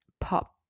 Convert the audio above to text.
pop